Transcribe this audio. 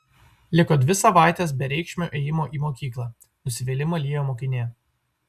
liko dvi savaitės bereikšmio ėjimo į mokyklą nusivylimą liejo mokinė